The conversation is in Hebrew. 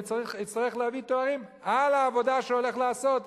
הוא יצטרך להביא תארים על העבודה שהוא הולך לעשות,